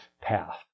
path